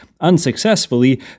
unsuccessfully